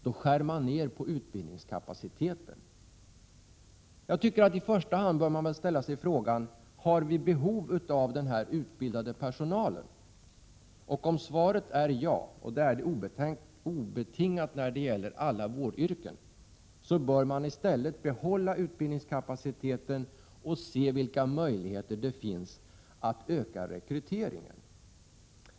Jag tycker att man i första hand bör ställa sig frågan: Har vi behov av den här utbildade personalen? Om svaret är ja— och det är det obetingat när det gäller alla vårdyrken — så bör man i stället behålla utbildningskapaciteten och se vilka möjligheter det finns att öka rekryteringen.